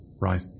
right